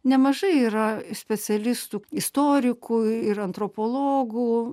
nemažai yra specialistų istorikų ir antropologų